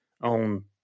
on